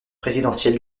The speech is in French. présidentiel